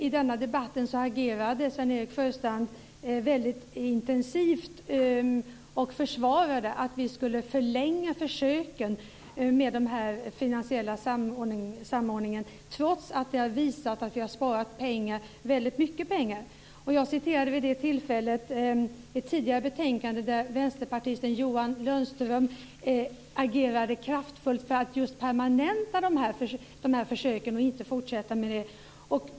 I den debatten agerade Sven-Erik Sjöstrand mycket intensivt och försvarade att vi skulle förlänga försöken med den finansiella samordningen, trots att det har visat sig att vi har sparat väldigt mycket pengar på detta. Jag citerade vid det tillfället ett tidigare betänkande där vänsterpartisten Sten Lundström agerade kraftfullt för att just permanenta försöken och inte fortsätta med dem som försök.